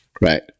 Right